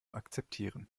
akzeptieren